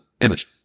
image